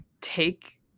take